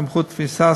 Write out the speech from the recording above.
סמכות תפיסה,